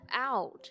out